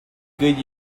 good